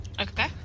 okay